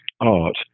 art